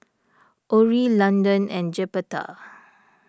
Orrie Landon and Jeptha